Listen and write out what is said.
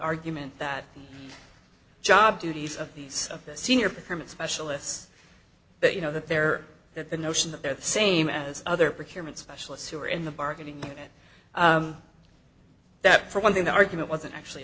argument that the job duties of these of the senior permit specialists but you know that there that the notion that they're the same as other procurement specialists who are in the bargaining unit that for one thing the argument wasn't actually